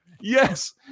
Yes